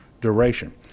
duration